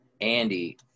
Andy